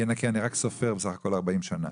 אני רק סופר, בסך הכול 40 שנה,